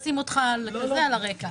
אני אשים אותך כזה על הרקע.